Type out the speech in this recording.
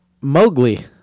Mowgli